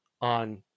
on